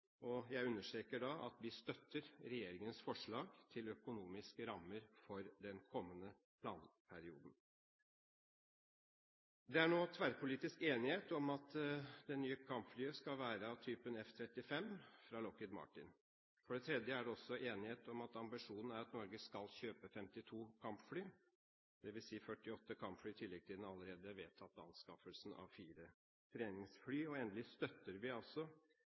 skadelidende. Jeg understreker da at vi støtter regjeringens forslag til økonomiske rammer for den kommende planperioden. Det er nå tverrpolitisk enighet om at det nye kampflyet skal være av typen F-35, fra Lockheed Martin. Det er også enighet om at ambisjonen er at Norge skal kjøpe 52 kampfly, dvs. 48 kampfly i tillegg til den allerede vedtatte anskaffelsen av fire treningsfly – og endelig: Et bredt flertall her støtter